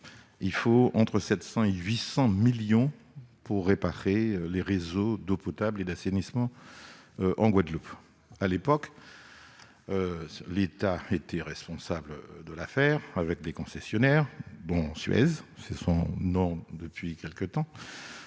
il faut entre 700 et 800 millions d'euros pour réparer les réseaux d'eau potable et d'assainissement en Guadeloupe. À l'époque où est née cette situation, l'État était responsable de l'affaire, avec les concessionnaires, dont Suez- c'est le nom, depuis quelque temps,